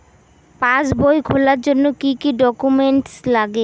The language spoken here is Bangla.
পাসবই খোলার জন্য কি কি ডকুমেন্টস লাগে?